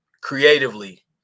creatively